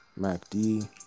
MACD